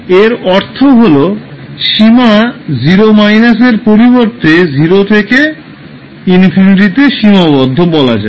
এর অর্থ হল সীমা 0 এর পরিবর্তে 0 থেকে ∞ তে সীমাবদ্ধ বলা যায়